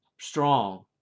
strong